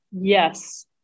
Yes